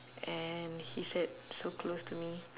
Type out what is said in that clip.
and he sat so close to me